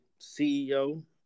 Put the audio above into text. CEO